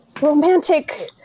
romantic